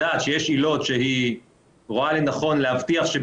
שזה בעברית,